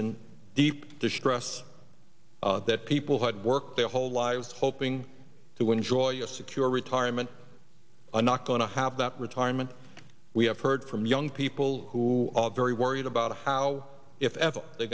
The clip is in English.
in deep distress that people had worked their whole lives hoping to enjoy a secure retirement and not going to have that retirement we have heard from young people who are very worried about how if ever they're